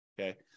Okay